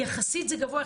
יחסית זה גבוה,